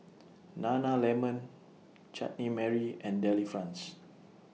Nana Lemon Chutney Mary and Delifrance